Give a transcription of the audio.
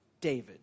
David